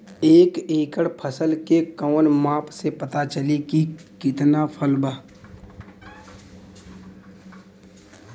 एक एकड़ फसल के कवन माप से पता चली की कितना फल बा?